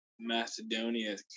Macedonia